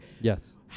yes